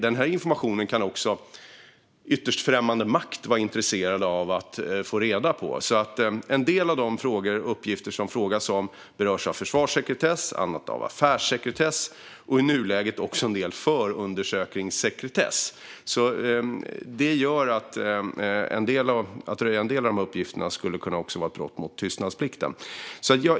Den informationen kan också främmande makt vara intresserad av att få reda på. En del av dessa frågor och uppgifter berörs av försvarssekretess, och annat berörs av affärssekretess. I nuläget berörs en del också av förundersökningssekretess, så att röja en del av dessa uppgifter skulle kunna vara ett brott mot tystnadsplikten.